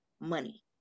money